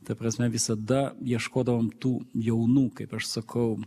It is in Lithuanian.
ta prasme visada ieškodavom tų jaunų kaip aš sakau